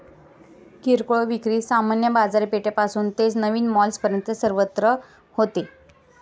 किरकोळ विक्री सामान्य बाजारपेठेपासून ते नवीन मॉल्सपर्यंत सर्वत्र होते